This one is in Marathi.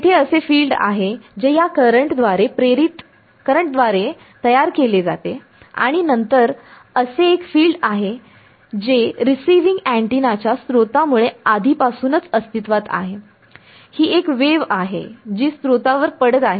तेथे असे फील्ड आहे जे या करंटद्वारे प्रेरित करंटद्वारे तयार केले जाते आणि नंतर असे एक फील्ड आहे जे रिसिविंग अँटिनाच्या स्त्रोतामुळे आधीपासूनच अस्तित्वात आहे ही एक वेव आहे जी स्रोतावर पडत आहे